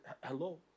Hello